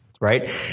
Right